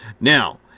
Now